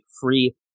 free